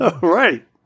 Right